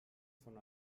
von